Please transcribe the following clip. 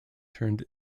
turned